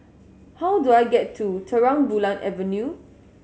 how do I get to Terang Bulan Avenue